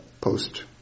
post